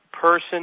person